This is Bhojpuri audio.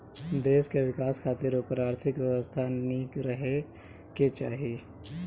देस कअ विकास खातिर ओकर आर्थिक व्यवस्था निक रहे के चाही